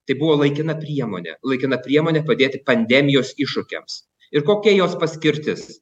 tai buvo laikina priemonė laikina priemonė padėti pandemijos iššūkiams ir kokia jos paskirtis